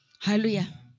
Hallelujah